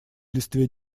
листве